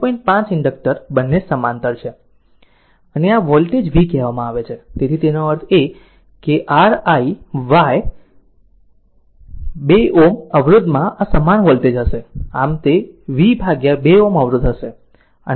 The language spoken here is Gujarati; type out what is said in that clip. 5 ઇન્ડક્ટર બંને સમાંતર છે અને આ વોલ્ટેજ v કહેવામાં આવે છે જેથી તેનો અર્થ R i વાય 2 Ω અવરોધમાં આ સમાન વોલ્ટેજ હશે આમ તે v આ 2 Ωઅવરોધ છે